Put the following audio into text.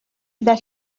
that